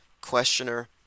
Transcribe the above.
questioner